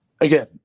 again